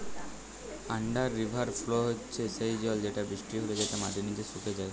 under river flow হচ্যে সেই জল যেটা বৃষ্টি হলে যেটা মাটির নিচে সুকে যায়